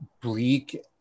bleak